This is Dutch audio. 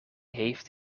heeft